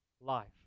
life